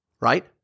right